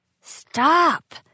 Stop